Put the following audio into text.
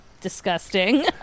disgusting